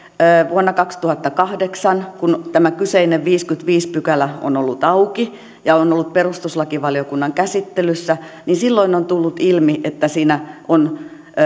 vuonna kaksituhattakahdeksan kun tämä kyseinen viideskymmenesviides pykälä on ollut auki ja on ollut perustuslakivaliokunnan käsittelyssä on tullut ilmi että siinä on